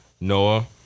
Noah